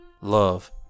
love